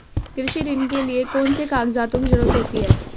कृषि ऋण के लिऐ कौन से कागजातों की जरूरत होती है?